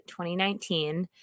2019